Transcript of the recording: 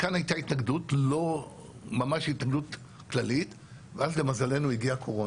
כאן הייתה ממש התנגדות כללית ואז למזלנו הגיעה הקורונה.